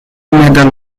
medal